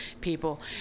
people